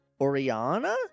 Oriana